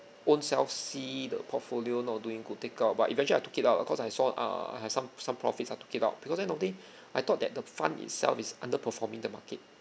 own self see the portfolio not doing good take out but eventually I took it out lah cause I saw err I have some some profits I took it out because end of day I thought that the fund itself is underperform in the market